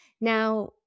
Now